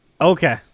Okay